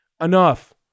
enough